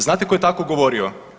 Znat ko je tako govorio?